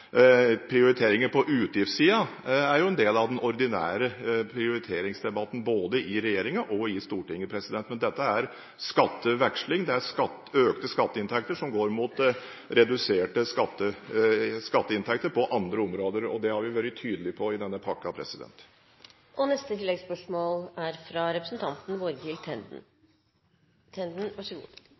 prioriteringer på utgiftssiden er en del av den ordinære prioriteringsdebatten, både i regjeringen og i Stortinget, men dette er skatteveksling. Det er økte skatteinntekter som går mot reduserte skatteinntekter på andre områder, og det har vi vært tydelige på i denne pakken. Borghild Tenden – til oppfølgingsspørsmål. Venstre er